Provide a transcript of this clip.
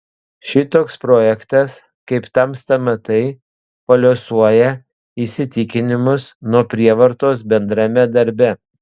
šitoks projektas kaip tamsta matai paliuosuoja įsitikinimus nuo prievartos bendrame darbe